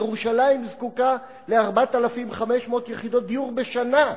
ירושלים זקוקה ל-4,500 יחידות דיור בשנה.